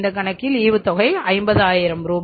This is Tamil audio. இந்த கணக்கில் ஈவுத்தொகை ரூ